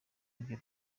ibyo